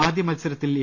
ആദ്യമത്സരത്തിൽ എ